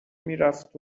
میرفت